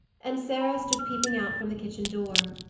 and sarah stood peeping out from the kitchen door.